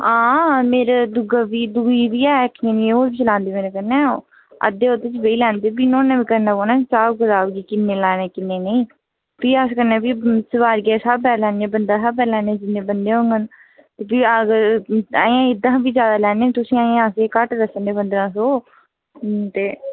हां मेरे दूऐ बी ऐ कन्नै ओह्बी चलांदी मेरे न अद्धे ओह्दे च बेही लैंदे न कि ओह्दे ने बी करना पौना हि्साब किताब किन्ने लैने कि किन्ने नेईं फ्ही अस कन्नै फ्ही सुआरियै स्हाबै नै लेने बंदे दे स्हाबै नैे लैने जिन्ने बंदे होंगन फ्ही अगर एह्दे छा बी ज्यादा लैने होने तुसेईं अजें अस घट्ट दसा ने पंद्राह् सौ